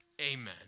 Amen